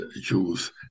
Jews